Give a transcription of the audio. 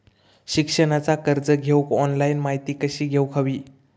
शिक्षणाचा कर्ज घेऊक ऑनलाइन माहिती कशी घेऊक हवी?